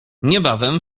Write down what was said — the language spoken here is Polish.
niebawem